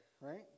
right